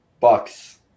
Bucks